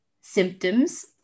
symptoms